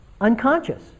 unconscious